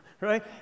right